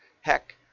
Heck